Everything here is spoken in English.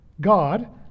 God